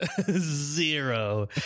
Zero